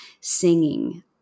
singing